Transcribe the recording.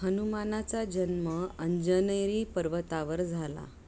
हनुमानाचा जन्म अंजनेरी पर्वतावर झाला